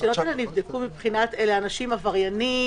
אלה אנשים עבריינים?